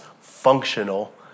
functional